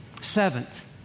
Seventh